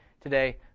today